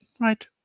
right